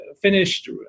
finished